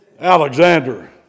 Alexander